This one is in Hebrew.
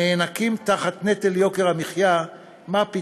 הנאנקים תחת נטל יוקר המחיה, מה פתאום,